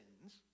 sins